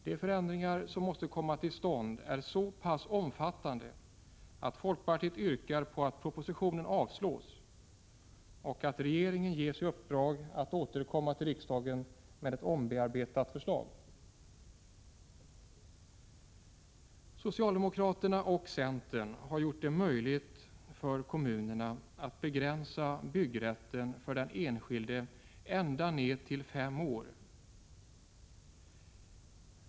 De förändringar som måste komma till stånd är så pass omfattande att folkpartiet yrkar på att propositionen avslås och att regeringen ges i uppdrag att återkomma till riksdagen med ett omarbetat förslag. Socialdemokraterna och centern har gjort det möjligt för kommunerna att begränsa byggrätten för den enskilde ända ned till fem år.